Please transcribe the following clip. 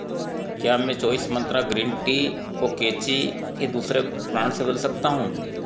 क्या मैं Choice Mantra green tea को कैची के दूसरे ब्रांड से बदल सकता हूँ